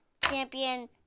champion